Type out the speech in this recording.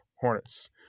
Hornets